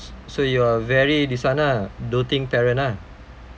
so you are very this one lah doting parents lah